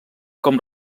com